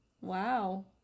wow